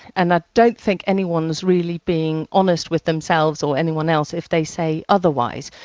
and i don't think anyone's really being honest with themselves or anyone else if they say otherwise.